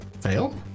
fail